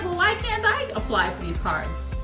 why can't i apply for these cards?